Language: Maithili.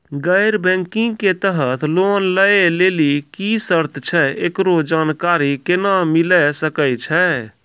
गैर बैंकिंग के तहत लोन लए लेली की सर्त छै, एकरो जानकारी केना मिले सकय छै?